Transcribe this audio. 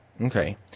Okay